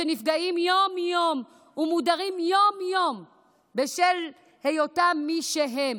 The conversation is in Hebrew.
שנפגעים יום-יום ומודרים יום-יום בשל היותם מי שהם.